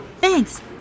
Thanks